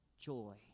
joy